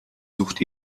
sucht